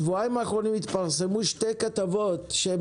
בשבועיים האחרונים התפרסמו שתי כתבות שהן